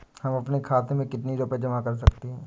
हम अपने खाते में कितनी रूपए जमा कर सकते हैं?